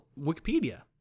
Wikipedia